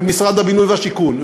של משרד הבינוי והשיכון,